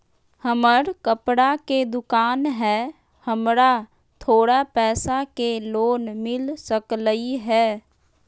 हमर कपड़ा के दुकान है हमरा थोड़ा पैसा के लोन मिल सकलई ह?